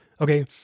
okay